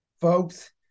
Folks